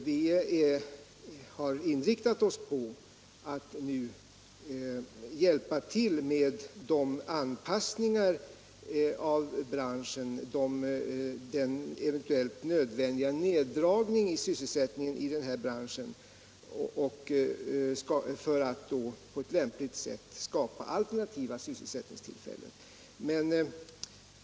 Vi har inriktat oss på att nu hjälpa till med anpassningen och den eventuellt nödvändiga neddragningen av sysselsättningen i denna bransch för att på ett lämpligt sätt skapa alternativa sysselsättningstillfällen.